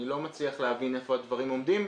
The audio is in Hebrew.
אני לא מצליח להבין איפה הדברים עומדים.